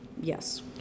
yes